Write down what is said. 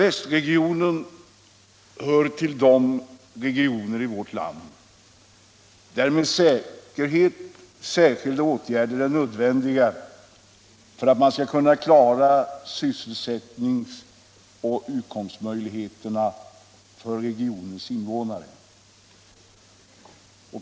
Västregionen hör till de regioner i vårt land där med säkerhet särskilda åtgärder är nödvändiga för att man skall kunna klara sysselsättnings och utkomstmöjligheterna för regionens invånare.